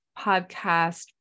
podcast